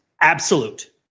absolute